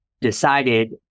decided